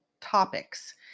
topics